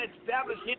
established